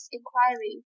inquiry